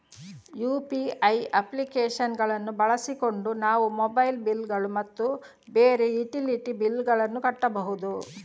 UPI application ಗಳನ್ನು ಬಳಸಿಕೊಂಡು ನಾವು ಮೊಬೈಲ್ ಬಿಲ್ ಗಳು ಮತ್ತು ಬೇರೆ ಯುಟಿಲಿಟಿ ಬಿಲ್ ಗಳನ್ನು ಕಟ್ಟಬಹುದು